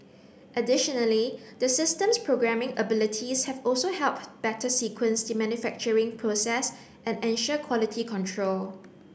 additionally the system's programming abilities have also helped better sequence the manufacturing process and ensure quality control